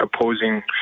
opposing